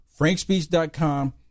frankspeech.com